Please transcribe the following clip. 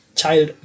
child